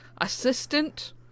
Assistant